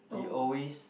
he always